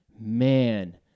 man